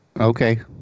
Okay